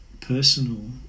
personal